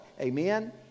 Amen